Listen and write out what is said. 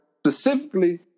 specifically